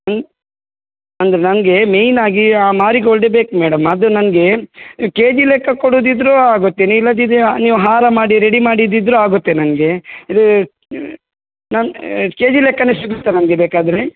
ಹ್ಞೂ ಅಂದ್ರೆ ನಂಗೆ ಮೇಯ್ನಾಗಿ ಆ ಮಾರಿಗೋಲ್ಡೆ ಬೇಕು ಮೇಡಮ್ ಅದು ನನ್ಗೆ ಕೆ ಜಿ ಲೆಕ್ಕ ಕೊಡೋದಿದ್ರು ಆಗುತ್ತೆ ಇಲ್ಲದಿದ್ದರೆ ನೀವು ಹಾರ ಮಾಡಿ ರೆಡಿ ಮಾಡಿದ್ದಿದ್ರು ಆಗುತ್ತೆ ನನಗೆ ಇದು ನನ್ನ ಕೆ ಜಿ ಲೆಕ್ಕನೇ ಸಿಗುತ್ತಾ ನಮಗೆ ಬೇಕಾದರೆ